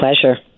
pleasure